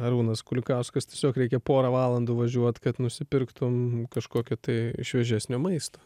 arūnas kulikauskas tiesiog reikia porą valandų važiuot kad nusipirktum kažkokį tai šviežesnio maisto